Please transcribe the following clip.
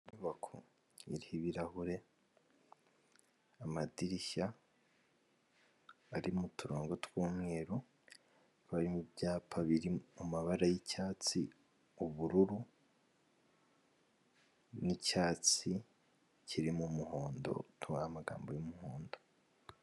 Inyubako iriho ibirahure, amadirishya ari mu turongo tw'umweru, hari mu byapa biri mu mabara y'icyatsi, ubururu n'icyatsi kirimo umuhondo, akaba ari amagambo y'umuhondo.